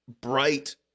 Bright